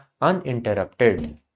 uninterrupted